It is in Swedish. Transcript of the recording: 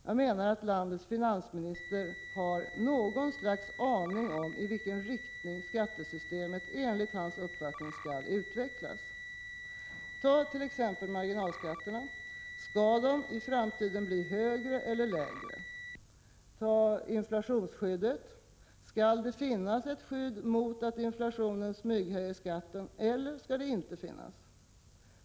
Nog måste landets finansminister ha någon aning om i vilken riktning skattesystemet enligt hans uppfattning skall utvecklas. Ta t.ex. marginalskatterna: Skall de i framtiden bli högre eller lägre? Ta inflationsskyddet: Skall det finnas ett skydd mot att inflationen smyghöjer inkomstskatten eller inte?